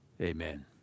Amen